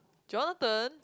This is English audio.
Jonathan